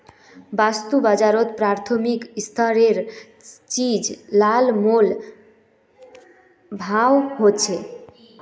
वास्तु बाजारोत प्राथमिक स्तरेर चीज़ लात मोल भाव होछे